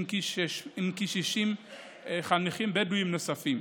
עם כ-60 חניכים בדואים נוספים.